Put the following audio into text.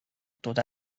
toda